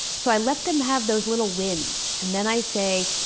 so i let them have those little wins, and then i say,